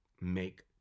make